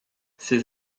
ses